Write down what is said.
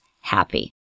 happy